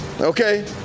okay